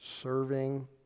serving